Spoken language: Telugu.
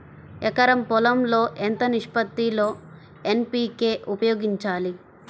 ఎకరం పొలం లో ఎంత నిష్పత్తి లో ఎన్.పీ.కే ఉపయోగించాలి?